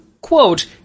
quote